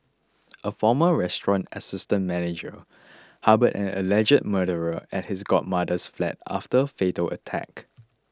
a former restaurant assistant manager harboured an alleged murderer at his godmother's flat after a fatal attack